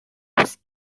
waves